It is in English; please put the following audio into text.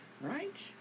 right